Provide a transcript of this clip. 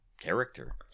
character